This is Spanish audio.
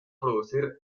producir